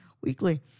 weekly